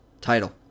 title